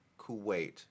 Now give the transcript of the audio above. Kuwait